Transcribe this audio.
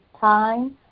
time